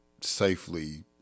safely